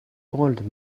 old